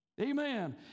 Amen